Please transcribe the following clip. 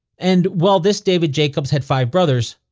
and while this david jacobs had five brothers,